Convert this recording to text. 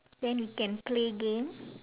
then we can play game